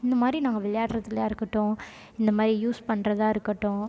இந்த மாதிரி நாங்கள் விளையாடுறதுலேயா இருக்கட்டும் இந்த மாதிரி யூஸ் பண்ணுறதா இருக்கட்டும்